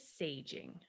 saging